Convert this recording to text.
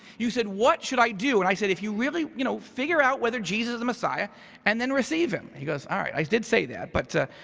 you said, what should i do? and i said, if you really you know figure out whether jesus is the messiah and then receive him. he goes, all ah right, i did say that, but.